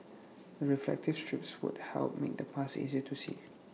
the reflective strips would help make the paths easier to see